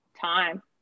time